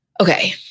okay